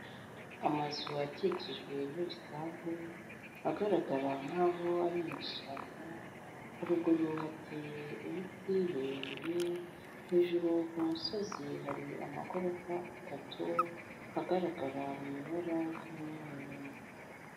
Amazu akikijwe n'ibisambu agaragara nkaho ari mu ishyamba haruguru hateye ibiti birebire hejuru ku musozi hari amagorofa atatu agaragara mu ibara y'umweru.